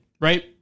right